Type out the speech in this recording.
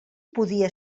podia